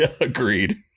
Agreed